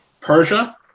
Persia